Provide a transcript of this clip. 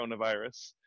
coronavirus